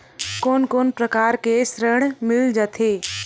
कोन कोन प्रकार के ऋण मिल जाथे?